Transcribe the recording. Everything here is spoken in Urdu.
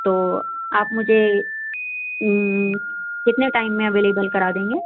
تو آپ مجھے کتنے ٹائم میں اویلیبل کرا دیں گے